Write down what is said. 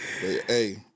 hey